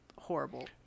horrible